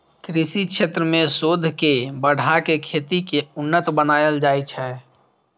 कृषि क्षेत्र मे शोध के बढ़ा कें खेती कें उन्नत बनाएल जाइ छै